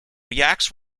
reacts